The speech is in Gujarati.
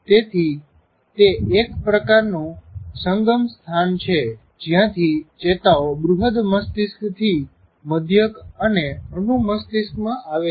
તેથી તે એક પ્રકારનું સંગમસ્થાન છે જ્યાંથી ચેતાઓ બૃહદ મસ્તિષ્ક થી મધ્યક અને અનુ મસ્તિષ્કમાં આવે છે